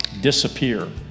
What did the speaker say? disappear